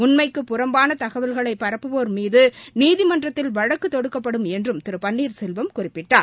உண்மைக்கு புறம்பான தகவல்களை பரப்புவோர் மீது நீதிமன்றத்தில் வழக்கு தொடுக்கப்படும் என்று திரு பன்னீர்செல்வம் குறிப்பிட்டார்